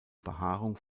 behaarung